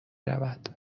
رود